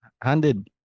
Handed